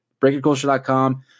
BreakerCulture.com